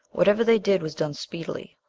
whatever they did was done speedily.